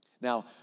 Now